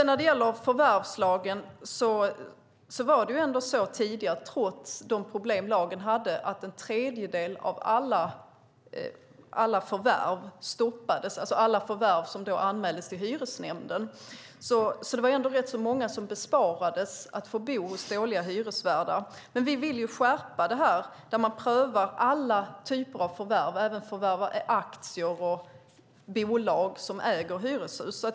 När det gäller förvärvslagen var det ändå så, trots problemen med lagen, att en tredjedel av alla förvärv som anmäldes till hyresnämnden stoppades. Det var rätt många som besparades att bo hos dåliga hyresvärdar. Men vi vill skärpa det här. Vi vill att man prövar alla typer av förvärv, även förvärv av aktier och bolag som äger hyreshus.